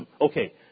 Okay